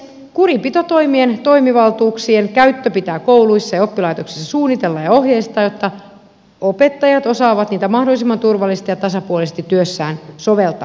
kurinpitotoimien toimivaltuuksien käyttö pitää kouluissa ja oppilaitoksissa suunnitella ja ohjeistaa jotta opettajat osaavat niitä mahdollisimman turvallisesti ja tasapuolisesti työssään soveltaa